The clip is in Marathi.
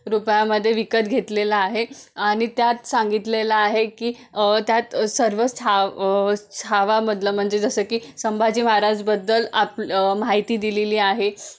रुपयामध्ये विकत घेतलेला आहे आणि त्यात सांगितलेलं आहे की त्यात सर्व छाव छावा मधलं म्हणजे जसं की संभाजी महाराजबद्दल आप माहिती दिलेली आहे